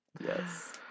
Yes